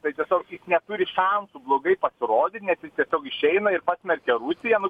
tai tiesiog jis neturi šansų blogai pasirodyt nes jis tiesiog išeina ir pasmerkia rusiją nu